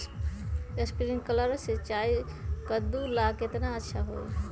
Sprinkler सिंचाई कददु ला केतना अच्छा होई?